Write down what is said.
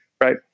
Right